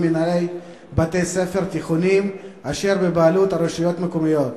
מנהלי בתי-ספר תיכוניים אשר בבעלות הרשויות המקומיות.